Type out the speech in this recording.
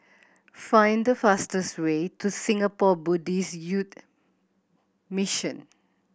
find the fastest way to Singapore Buddhist Youth Mission